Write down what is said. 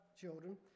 children